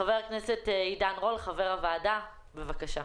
חבר הכנסת עידן רול, חבר הוועדה, בבקשה.